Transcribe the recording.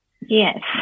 Yes